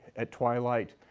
at twilight,